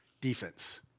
Defense